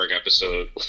episode